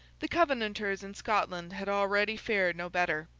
the covenanters in scotland had already fared no better.